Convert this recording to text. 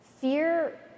fear